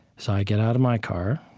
so i get out of my car,